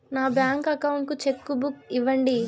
నా bank account కు cheque book ఇవ్వండి